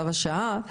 צו השעה.